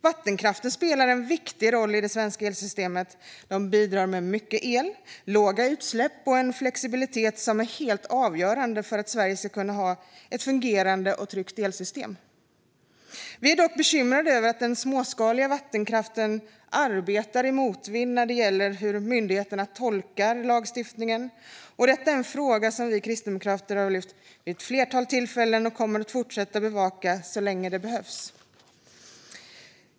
Vattenkraften spelar en viktig roll i det svenska elsystemet. Den bidrar med mycket el, låga utsläpp och en flexibilitet som är helt avgörande för att Sverige ska kunna ha ett fungerande och tryggt elsystem. Vi i Kristdemokraterna är dock bekymrade över att den småskaliga vattenkraften arbetar i motvind när det gäller hur myndigheterna tolkar lagstiftningen, och detta är en fråga som vi har tagit upp vid ett flertal tillfällen och kommer att fortsätta bevaka så länge det behövs.